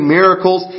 miracles